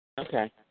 Okay